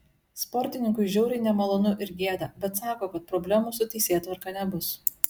sportininkui žiauriai nemalonu ir gėda bet sako kad problemų su teisėtvarka nebus